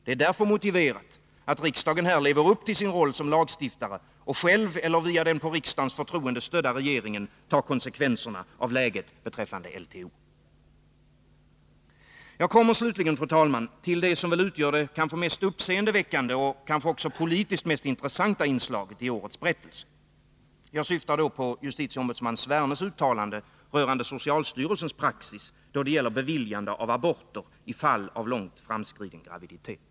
Det är därför motiverat, att riksdagen här lever upp till sin roll som lagstiftare och själv eller via den på riksdagens förtroende stödda regeringen tar konsekvenserna av läget beträffande Nr 23 LTO, Onsdagen den Jag kommer slutligen, fru talman, till det som väl utgör det mest 10 november 1982 uppseendeväckande och kanske också politiskt mest intressanta inslaget i årets berättelse. Jag syftar på justitieombudsman Svernes uttalande rörande = Justitieombudssocialstyrelsens praxis då det gäller beviljande av aborter i fall av långt männens verksamframskriden graviditet.